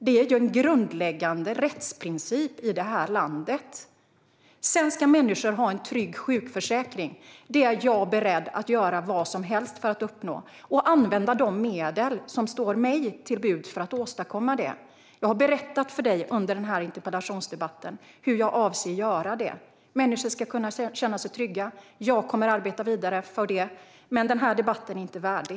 Det är en grundläggande rättsprincip i det här landet. Sedan ska människor ha en trygg sjukförsäkring. Det är jag beredd att göra vad som helst för att uppnå, och jag ska använda de medel som står mig till buds för att åstadkomma detta. Jag har under den här interpellationsdebatten berättat för dig hur jag avser att göra. Människor ska kunna känna sig trygga. Jag kommer att arbeta vidare för det. Men den här debatten är inte värdig.